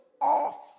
off